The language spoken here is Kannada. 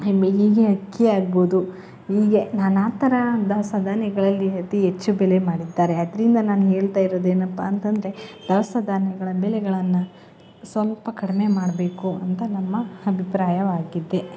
ಅಕ್ಕಿ ಆಗ್ಬೋದು ಹೀಗೆ ನಾನಾ ಥರ ದವಸ ಧಾನ್ಯಗಳಲ್ಲಿ ಅತಿ ಹೆಚ್ಚು ಬೆಲೆ ಮಾಡುತ್ತಾರೆ ಅದರಿಂದ ನಾನು ಹೇಳ್ತಾ ಇರೋದು ಏನಪ್ಪಾ ಅಂತ ಅಂದ್ರೆ ದವಸ ಧಾನ್ಯಗಳ ಬೆಲೆಗಳನ್ನು ಸ್ವಲ್ಪ ಕಡಿಮೆ ಮಾಡಬೇಕು ಅಂತ ನಮ್ಮ ಅಭಿಪ್ರಾಯವಾಗಿದೆ